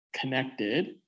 connected